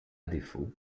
défaut